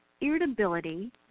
irritability